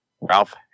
Ralph